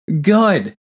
good